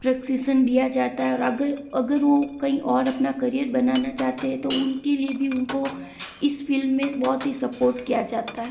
प्रशिक्षण दिया जाता है और अगर अगर वो कहीं और अपना करियर बनाना चाहते हैं तो उनके लिए भी उनको इस फ़ील्ड में बहुत ही सपोर्ट किया जाता है